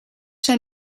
zijn